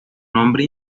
nombre